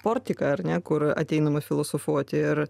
portiką ar ne kur ateinama filosofuoti ir